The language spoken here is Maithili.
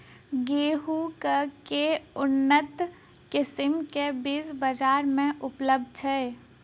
गेंहूँ केँ के उन्नत किसिम केँ बीज बजार मे उपलब्ध छैय?